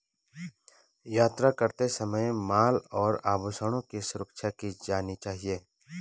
यात्रा करते समय माल और आभूषणों की सुरक्षा की जानी चाहिए